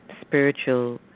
spiritual